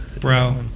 Bro